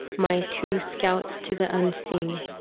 my two scouts to the unseen.